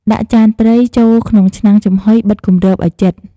ដាក់ចានត្រីចូលក្នុងឆ្នាំងចំហុយ បិទគម្របឲ្យជិត។